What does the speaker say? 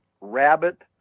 rabbit